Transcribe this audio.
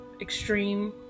extreme